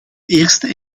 eerste